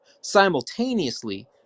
simultaneously